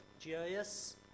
GIS